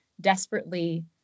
desperately